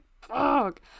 fuck